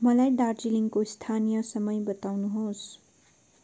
मलाई दार्जिलिङको स्थानीय समय बताउनुहोस्